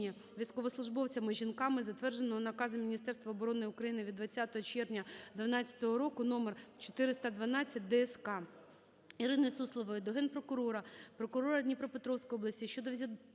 військовослужбовцями-жінками, затвердженого наказом Міністерства оборони України від 20 червня 2012 року № 412/ДСК. Ірини Суслової до Генпрокурора, прокурора Дніпропетровської області щодо